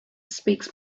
speaks